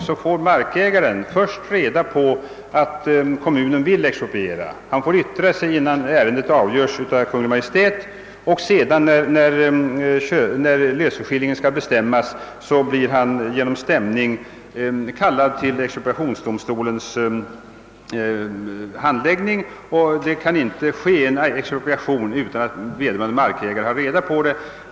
Då får markägaren först reda på att kommunen vill expropriera; han får yttra sig innan ärendet avgörs av Kungl. Maj:t, och när löseskillingen skall bestämmas blir han genom stämning kallad till expropriationsdomstolens handläggning. En expropriation kan alltså inte äga rum utan att vederbörande markägare har reda på det.